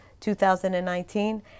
2019